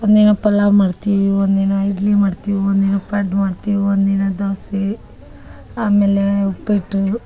ಒಂದಿನ ಪಲಾವು ಮಾಡ್ತೀವಿ ಒಂದಿನ ಇಡ್ಲಿ ಮಾಡ್ತೀವಿ ಒಂದಿನ ಪಡ್ಡು ಮಾಡ್ತೀವಿ ಒಂದಿನ ದೋಸೆ ಆಮೇಲೆ ಉಪ್ಪಿಟ್ಟು